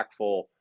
impactful